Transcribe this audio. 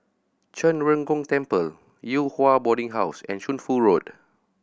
Zhen Ren Gong Temple Yew Hua Boarding House and Shunfu Road